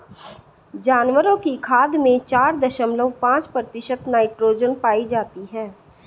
जानवरों की खाद में चार दशमलव पांच प्रतिशत नाइट्रोजन पाई जाती है